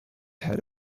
had